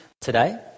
today